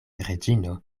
reĝino